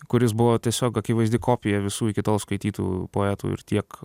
kuris buvo tiesiog akivaizdi kopija visų iki tol skaitytų poetų ir tiek